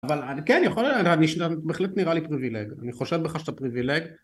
אבל כן יכול להיות, בהחלט נראה לי פריבילג, אני חושד בך שאתה פריבילג